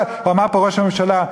ואמר פה ראש הממשלה: